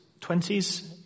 20s